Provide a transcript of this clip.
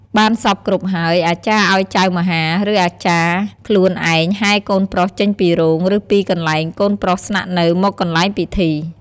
បានសព្វគ្រប់ហើយ អាចារ្យឲ្យចៅមហា ឬអាចារ្យ ខ្លួនឯងហែរកូនប្រុសចេញពីរោង ឬពីកន្លែងកូនប្រុសស្នាក់នៅមកកន្លែងពិធី។